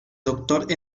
doctor